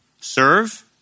Serve